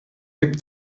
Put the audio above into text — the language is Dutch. heb